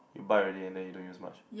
you buy already and then you don't use much